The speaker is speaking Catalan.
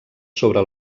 sobre